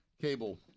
Cable